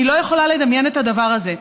אני לא יכולה לדמיין את הדבר הזה.